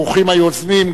ברוכים היוזמים,